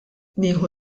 nieħu